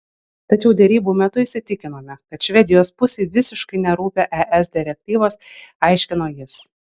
tačiau derybų metu įsitikinome kad švedijos pusei visiškai nerūpi es direktyvos aiškino jis